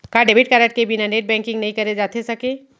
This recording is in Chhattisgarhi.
का डेबिट कारड के बिना नेट बैंकिंग नई करे जाथे सके?